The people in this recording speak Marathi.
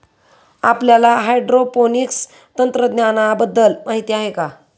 आपल्याला हायड्रोपोनिक्स तंत्रज्ञानाबद्दल माहिती आहे का?